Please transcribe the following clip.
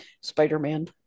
spider-man